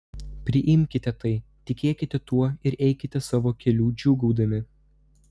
priimkite tai tikėkite tuo ir eikite savo keliu džiūgaudami